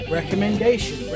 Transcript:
Recommendation